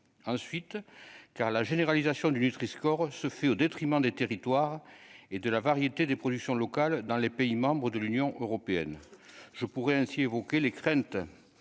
ensuite car la généralisation du nutriscore se fait au détriment des territoires et de la variété des productions locales dans les pays membres de l'Union européenne, je pourrai ainsi évoqué les craintes